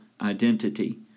identity